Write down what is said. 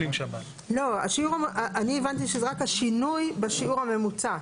לא, אני הבנתי שזה רק השינוי בשיעור הממוצע.